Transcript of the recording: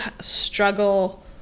struggle